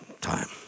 time